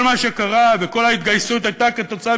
כל מה שקרה וכל ההתגייסות הייתה כתוצאה